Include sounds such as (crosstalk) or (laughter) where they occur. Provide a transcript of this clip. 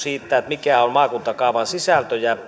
(unintelligible) siitä mikä on maakuntakaavan sisältö minusta